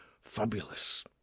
fabulous